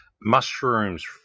Mushrooms